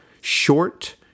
short